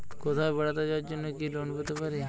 কোথাও বেড়াতে যাওয়ার জন্য কি লোন পেতে পারি?